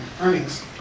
earnings